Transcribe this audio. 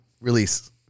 release